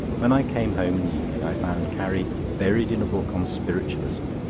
when i came home in the evening i found carrie buried in a book on spiritualism,